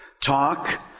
talk